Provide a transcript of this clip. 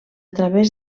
través